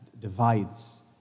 divides